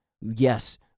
yes